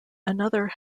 another